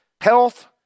health